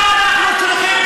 לא אנחנו צריכים,